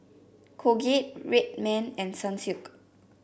Colgate Red Man and Sunsilk